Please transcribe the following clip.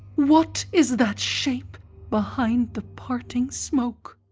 what is that shape behind the parting smoke?